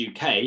UK